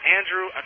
Andrew